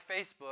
Facebook